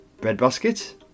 Breadbasket